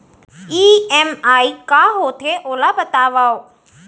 EMI का होथे, ओला बतावव